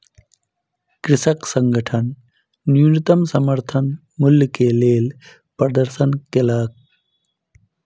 कृषक संगठन न्यूनतम समर्थन मूल्य के लेल प्रदर्शन केलक